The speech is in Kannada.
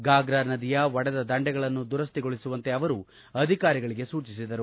ಫಾಗ್ರಾ ನದಿಯ ಒಡೆದ ದಂಡೆಗಳನ್ನು ದುರಕ್ಷಿಗೊಳಿಸುವಂತೆ ಅವರು ಅಧಿಕಾರಿಗಳಿಗೆ ಸೂಚಿಸಿದರು